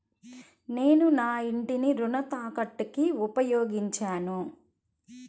నేను నా ఇంటిని రుణ తాకట్టుకి ఉపయోగించాను